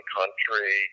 country